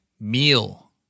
meal